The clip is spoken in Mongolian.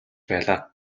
байлаа